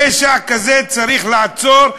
פשע כזה צריך לעצור,